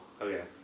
Okay